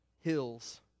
hills